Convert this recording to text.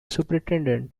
superintendent